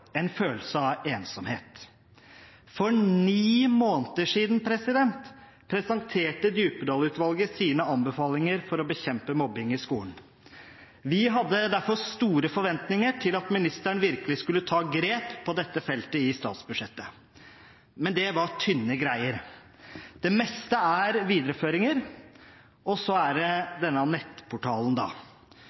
en følelse av ensomhet. For ni måneder siden presenterte Djupedal-utvalget sine anbefalinger for å bekjempe mobbing i skolen. Vi hadde derfor store forventninger til at ministeren virkelig skulle ta grep på dette feltet i statsbudsjettet, men det var tynne greier. Det meste er videreføringer, og så er det denne nettportalen da.